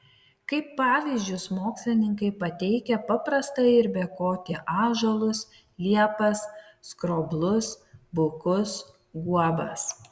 kaip pavyzdžius mokslininkai pateikia paprastąjį ir bekotį ąžuolus liepas skroblus bukus guobas